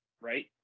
right